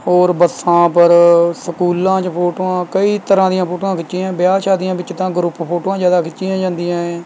ਹੋਰ ਬੱਸਾਂ ਪਰ ਸਕੂਲਾਂ 'ਚ ਫੋਟੋਆਂ ਕਈ ਤਰ੍ਹਾਂ ਦੀਆਂ ਫੋਟੋਆਂ ਖਿੱਚੀਆਂ ਵਿਆਹ ਸ਼ਾਦੀਆਂ ਵਿੱਚ ਤਾਂ ਗਰੁੱਪ ਫੋਟੋਆਂ ਜ਼ਿਆਦਾ ਖਿੱਚੀਆਂ ਜਾਂਦੀਆਂ ਏ